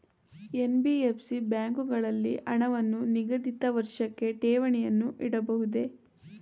NBFC ಬ್ಯಾಂಕುಗಳಲ್ಲಿ ಹಣವನ್ನು ನಿಗದಿತ ವರ್ಷಕ್ಕೆ ಠೇವಣಿಯನ್ನು ಇಡಬಹುದೇ?